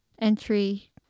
entry